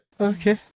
Okay